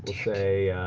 say